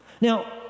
Now